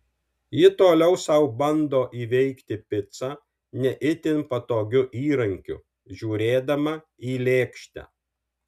ji toliau sau bando įveikti picą ne itin patogiu įrankiu žiūrėdama į lėkštę